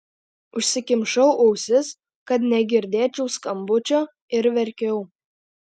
užsikimšau ausis kad negirdėčiau skambučio ir verkiau